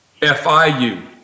FIU